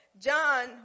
john